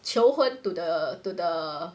求婚 to the to the